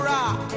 Rock